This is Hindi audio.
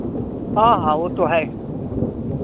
हाँ हाँ वो तो है ही